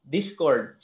Discord